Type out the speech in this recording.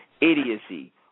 Idiocy